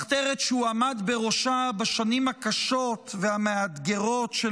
מחתרת שעמד בראשה בשנים הקשות והמאתגרות של